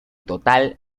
total